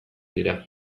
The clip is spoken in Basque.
dira